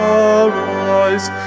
arise